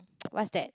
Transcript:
what's that